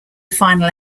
final